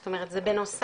זאת אומרת זה בסוף,